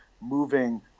moving